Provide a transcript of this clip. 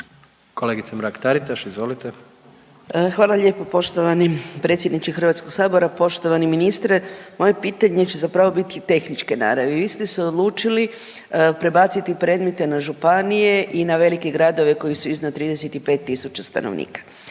**Mrak-Taritaš, Anka (GLAS)** Hvala lijepa poštovani predsjedniče Hrvatskog sabora. Poštovani ministre, moje pitanje će zapravo biti tehničke naravi. Vi ste se odlučili prebaciti predmete na županije i na velike gradove koji su iznad 35 tisuća stanovnika.